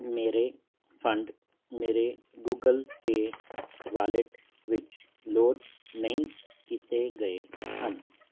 ਮੇਰੇ ਫੰਡ ਮੇਰੇ Google Pay wallet ਵਿੱਚ ਲੋਡ ਨਹੀਂ ਕੀਤੇ ਗਏ ਹਨ